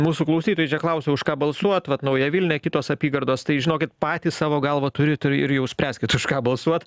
mūsų klausytojai čia klausia už ką balsuot vat nauja vilnia kitos apygardos tai žinokit patys savo galvą turit ir jau spręskit už ką balsuot